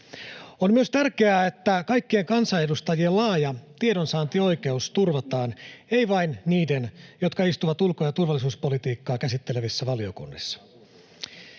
On myös tärkeää, että kaikkien kansanedustajien laaja tiedonsaantioikeus turvataan, ei vain niiden, jotka istuvat ulko- ja turvallisuuspolitiikkaa käsittelevissä valiokunnissa.